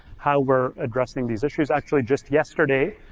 how we're addressing these issues. actually, just yesterday,